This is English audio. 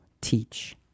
teach